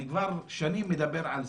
אני כבר מדבר שנים על זה,